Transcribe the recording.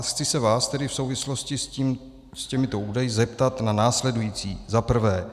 Chci se vás tedy v souvislosti s těmito údaji zeptat na následující: Za prvé: